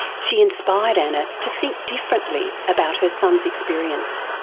she inspired anna to think differently about her son's experience.